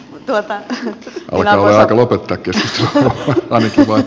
täältä on alkanut tietoutta tästä asiasta